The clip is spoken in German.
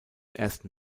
ersten